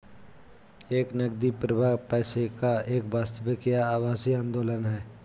एक नकदी प्रवाह पैसे का एक वास्तविक या आभासी आंदोलन है